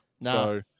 No